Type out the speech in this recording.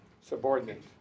Subordinate